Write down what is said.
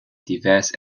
diverses